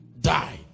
died